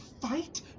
fight